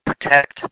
protect